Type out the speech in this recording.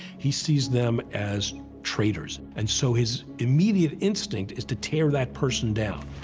he sees them as traitors. and so his immediate instinct is to tear that person down.